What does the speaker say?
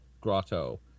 grotto